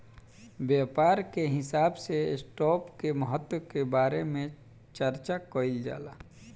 व्यापार के हिसाब से स्टॉप के महत्व के बारे में चार्चा कईल जाला